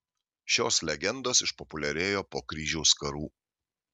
šios legendos išpopuliarėjo po kryžiaus karų